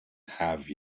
have